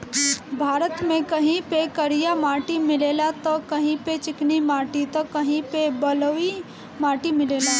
भारत में कहीं पे करिया माटी मिलेला त कहीं पे चिकनी माटी त कहीं पे बलुई माटी मिलेला